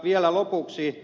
vielä lopuksi ed